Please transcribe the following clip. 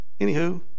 anywho